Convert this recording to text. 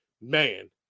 man